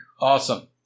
Awesome